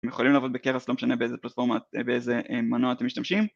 יכולים לעבוד ב-Keras, לא משנה באיזה פלטפורמה, באיזה מנוע אתם משתמשים